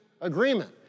agreement